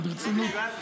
נו, ברצינות.